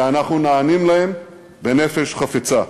ואנחנו נענים להן בנפש חפצה.